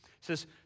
says